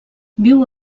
viu